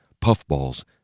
puffballs